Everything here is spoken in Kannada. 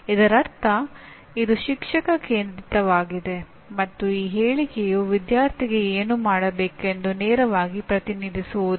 ಇದರರ್ಥ ಇದು ಶಿಕ್ಷಕ ಕೇಂದ್ರಿತವಾಗಿದೆ ಮತ್ತು ಈ ಹೇಳಿಕೆಯು ವಿದ್ಯಾರ್ಥಿಗೆ ಏನು ಮಾಡಬೇಕೆಂದು ನೇರವಾಗಿ ಪ್ರತಿನಿಧಿಸುವುದಿಲ್ಲ